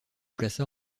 plaça